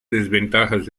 desventajas